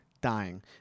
Dying